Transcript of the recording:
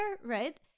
right